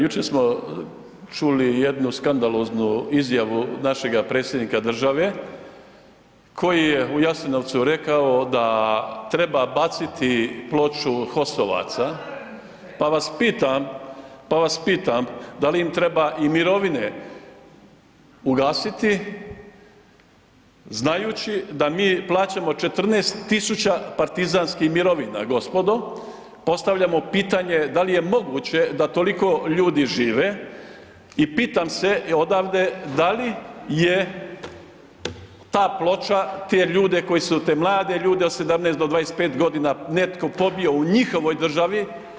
Jučer smo čuli jednu skandaloznu našeg Predsjednika države koji je u Jasenovcu rekao da treba baciti ploču HOS-ovaca pa vas pitam da li im treba i mirovine ugasiti znajući da mi plaćamo 14 000 partizanskih mirovina, gospodo, postavljamo pitanje da li je moguće da toliko ljudi žive i pitam se odavde da li je ta ploča te ljude, te mlade ljude od 17 do 25 g. netko pobio u njihovoj državi?